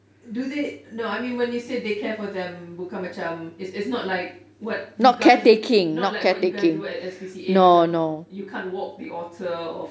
do they no I mean when you say they care for them bukan macam it's it's not like what you guys not like what you guys do at S_P_C_A macam you can't walk the otter